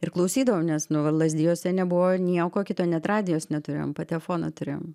ir klausydavau nes nu va lazdijuose nebuvo nieko kito net radijos neturėjom patefoną turėjom